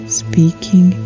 speaking